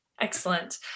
Excellent